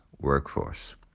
workforce